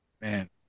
Man